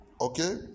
okay